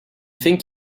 think